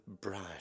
bright